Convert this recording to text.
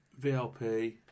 VLP